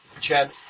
Chad